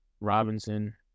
Robinson